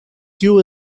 kiu